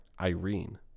Irene